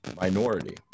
minority